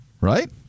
Right